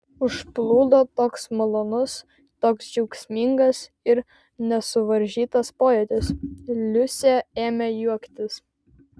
užplūdo toks malonus toks džiaugsmingas ir nesuvaržytas pojūtis liusė ėmė juoktis